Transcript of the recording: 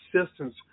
assistance